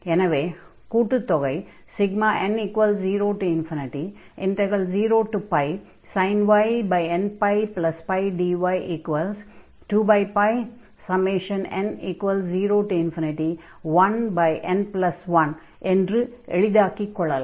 எனவே கூட்டுத் தொகையை n00sin y nππdy2n01n1 என்று எளிதாக்கிக் கொள்ளலாம்